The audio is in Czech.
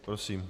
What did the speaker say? Prosím.